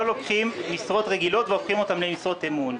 לא לוקחים משרות רגילות והופכים אותן למשרות אמון.